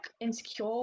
insecure